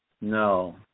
No